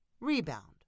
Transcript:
Rebound